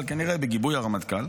הרמטכ"ל כנראה בגיבוי הרמטכ"ל,